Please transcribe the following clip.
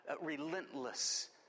relentless